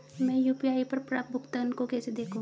मैं यू.पी.आई पर प्राप्त भुगतान को कैसे देखूं?